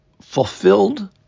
fulfilled